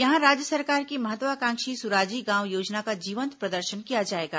यहां राज्य सरकार की महत्वाकांक्षी सुराजी गांव योजना का जीवंत प्रदर्शन किया जाएगा